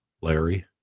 Larry